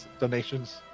donations